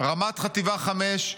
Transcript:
רמ"ט חטיבה 5,